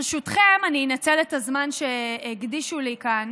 ברשותכם, אני אנצל את הזמן שהקדישו לי כאן